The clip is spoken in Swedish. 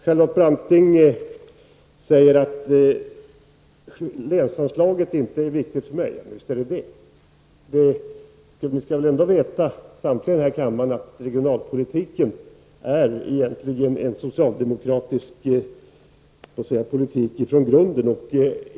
Charlotte Branting sade att länsanslaget inte är viktigt för mig. Jo, visst är det viktigt. Samtliga i denna kammare skall veta att regionalpolitiken från grunden egentligen är en socialdemokratisk politik.